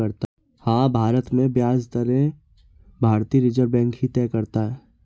हाँ, भारत में ब्याज दरें भारतीय रिज़र्व बैंक ही तय करता है